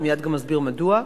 ואני מייד אסביר גם מדוע.